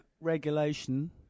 regulation